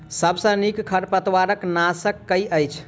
सबसँ नीक खरपतवार नाशक केँ अछि?